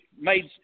made